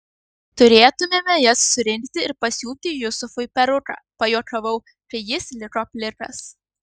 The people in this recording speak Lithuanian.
turėtumėme jas surinkti ir pasiūti jusufui peruką pajuokavau kai jis liko plikas